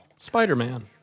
Spider-Man